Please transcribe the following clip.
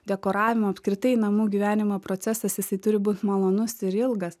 dekoravimo apskritai namų gyvenimo procesas jisai turi būt malonus ir ilgas